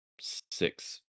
six